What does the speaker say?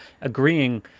agreeing